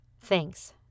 Thanks